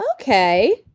Okay